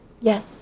Yes